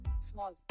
small